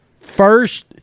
first